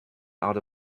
out